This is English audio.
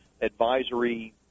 advisory